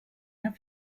have